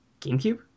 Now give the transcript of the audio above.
GameCube